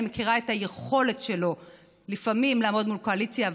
אני מכירה את היכולת שלו לפעמים לעמוד מול הקואליציה,